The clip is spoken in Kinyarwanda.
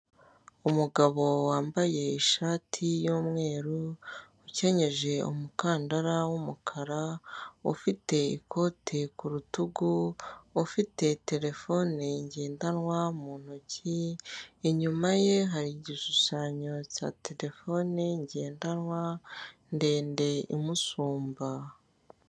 Umugabo wambaye ishati y'umweru ukenyeje umukandara w'umukara, ufite ikote ku rutugu, ufite terefone ngendanwa mu ntoki, inyuma ye hari igishushanyo cya terefone ngendanwa ndende imusumba.